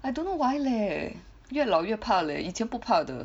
I don't know why leh 越老越怕 leh 已经不怕的